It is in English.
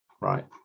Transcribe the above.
right